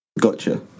Gotcha